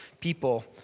people